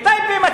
בטייבה.